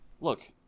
Look